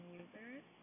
users